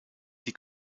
die